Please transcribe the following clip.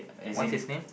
what's his name